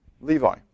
Levi